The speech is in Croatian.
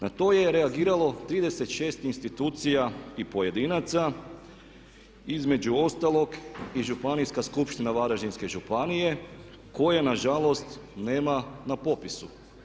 Na to je reagiralo 36 institucija i pojedinaca, između ostalog i Županijska skupština Varaždinske županija koje nažalost nema na popisu.